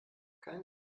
kein